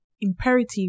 imperative